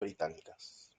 británicas